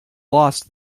lost